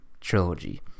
trilogy